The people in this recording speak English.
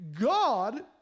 God